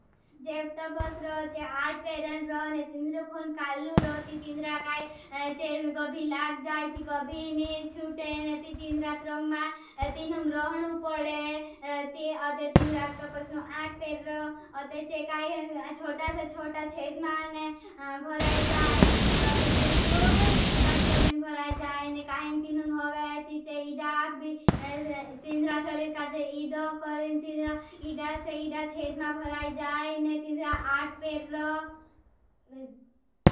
जेक तपस रो। चे आठ पेड़न रो। ने तिन्द्र कुण कालू रो, ती तिंद्रा काई चेद में कभी लाग जाए। ती कभी नीच छुटे। ने ती तिंद्रा त्रंग मां तीनुंग रोहनु पड़े। अते तिंद्रा तपस नो आठ पेड़ रो। अते चे काई चोटा से च जाए। ने तिंद्रा आठ पेड़ रो।